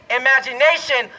imagination